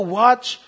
watch